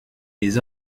les